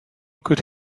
could